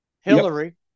Hillary